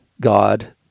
God